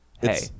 Hey